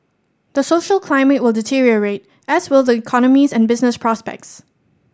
the social climate will deteriorate as will the economies and business prospects